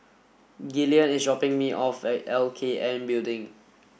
Gillian is dropping me off at L K N Building